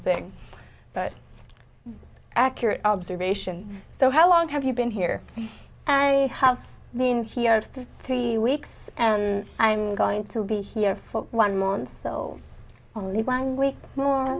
thing but accurate observation so how long have you been here i have been here three weeks and i'm going to be here for one month so only one week more